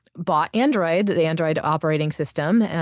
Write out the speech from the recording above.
bought android, the android operating system,